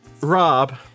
Rob